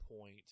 point